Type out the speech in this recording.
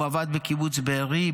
הוא עבד בקיבוץ בארי,